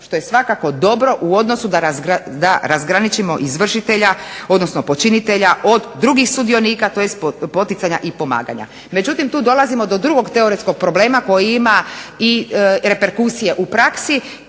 što je svakako dobro u odnosu da razgraničimo izvršitelja odnosno počinitelja od drugih sudionika tj. poticanja i pomaganja. Međutim, tu dolazimo do drugog teoretskog problema koji ima i reperkusije u praksi